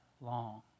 long